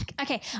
Okay